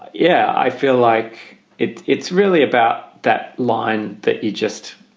yeah, i feel like it's it's really about that line that you just